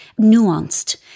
nuanced